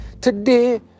Today